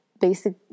basic